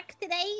today